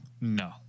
no